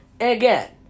Again